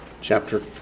chapter